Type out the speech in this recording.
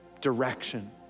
direction